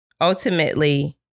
ultimately